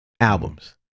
albums